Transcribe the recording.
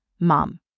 Mom